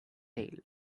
tail